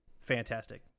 fantastic